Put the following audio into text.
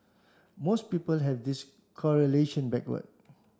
most people have this correlation backward